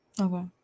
Okay